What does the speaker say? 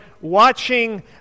watching